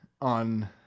on